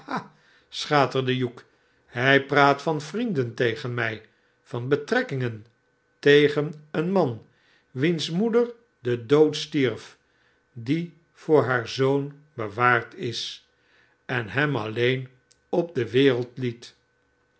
hij praat van vrienden tegen mij van betrekkingen tegen een man wiens moeder den dood stierf die voor haar zoon bewaard is en hem alleen op de wereld lief